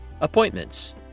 Appointments